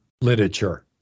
literature